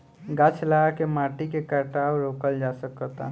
गाछ लगा के माटी के कटाव रोकल जा सकता